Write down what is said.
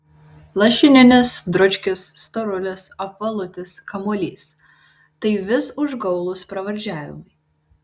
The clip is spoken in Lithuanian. lašininis dručkis storulis apvalutis kamuolys tai vis užgaulūs pravardžiavimai